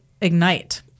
ignite